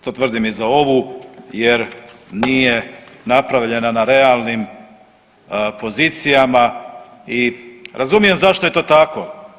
To tvrdim i za ovu jer nije napravljena na realnim pozicijama i razumijem zašto je to tako.